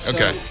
Okay